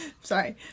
sorry